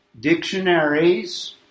Dictionaries